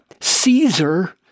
Caesar